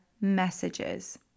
messages